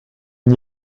n’y